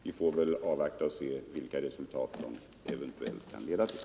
Vi får väl avvakta resultatet av de undersökningarna och se vad de kan leda till.